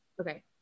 Okay